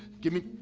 give me,